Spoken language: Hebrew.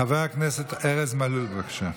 חבר הכנסת ארז מלול, בבקשה.